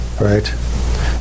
Right